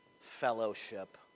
fellowship